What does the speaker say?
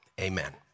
Amen